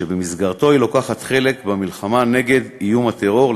שבמסגרתו היא לוקחת חלק במלחמה נגד איום הטרור,